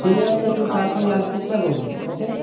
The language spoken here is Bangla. ঠিক আছে একটু তাড়াতাড়ি আসা চেষ্টা করুন ওকে